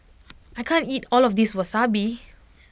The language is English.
I can't eat all of this Wasabi